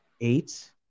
eight